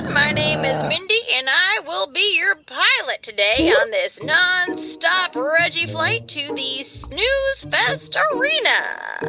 my name is mindy. and i will be your pilot today on this nonstop reggie flight to the snooze fest um arena.